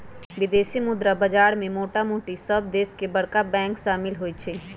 विदेशी मुद्रा बाजार में मोटामोटी सभ देश के बरका बैंक सम्मिल होइ छइ